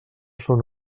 són